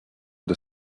the